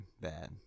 bad